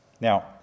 Now